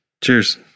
cheers